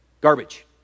Garbage